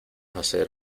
hacer